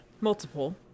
Multiple